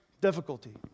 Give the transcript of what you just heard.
difficulty